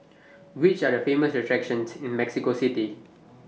Which Are The Famous attractions in Mexico City